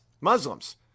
Muslims